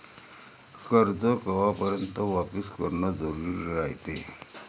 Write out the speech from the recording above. कर्ज कवापर्यंत वापिस करन जरुरी रायते?